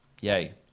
Yay